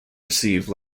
receive